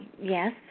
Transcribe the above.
Yes